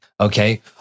Okay